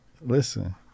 Listen